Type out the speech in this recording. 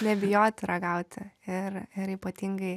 nebijoti ragauti ir ir ypatingai